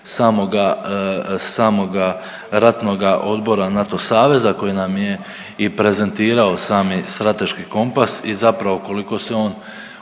samoga ratnoga Odbora NATO saveza koji nam je i prezentirao sami strateški kompas i zapravo koliko se on